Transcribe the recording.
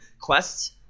quests